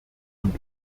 und